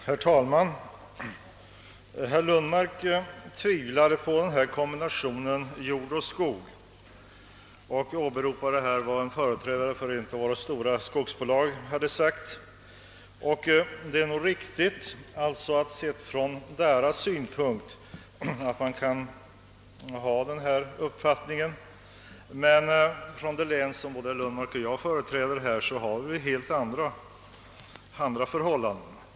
Herr talman! Herr Lundmark tvivlade på lämpligheten av kombinationen jordbruk och skogsbruk och åberopade vad en företrädare för ett av våra stora skogsbolag hade sagt. Det är nog riktigt att man från ett skogsbolags synpunkt kan ha den uppfattningen, men i det län som herr Lundmark och jag företräder har vi helt andra förhållanden.